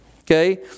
Okay